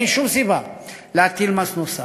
ואין שום סיבה להטיל מס נוסף.